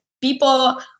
people